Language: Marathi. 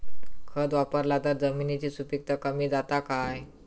खत वापरला तर जमिनीची सुपीकता कमी जाता काय?